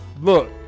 look